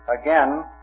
Again